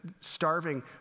starving